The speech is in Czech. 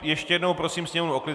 Ještě jednou prosím sněmovnu o klid.